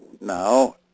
now